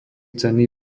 cenný